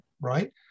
right